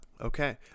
okay